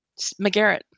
McGarrett